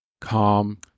calm